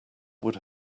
would